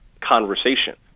conversation